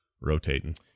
rotating